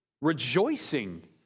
rejoicing